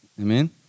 Amen